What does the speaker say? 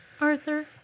Arthur